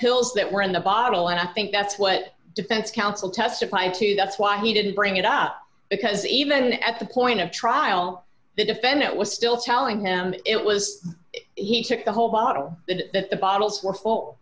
pills that were in the bottle and i think that's what defense counsel testified to that's why he didn't bring it up because even at the point of trial the defendant was still telling him it was he took the whole bottle that the bottles were full